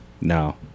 no